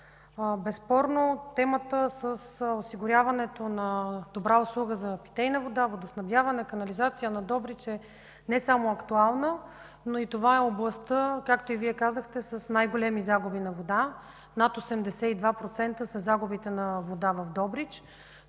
безспорно темата с осигуряването на добра услуга за питейна вода, водоснабдяване и канализация на Добрич е не само актуална. Това е областта, както казахте, с най-големи загуби на вода – над 82%. Това е причината за огромните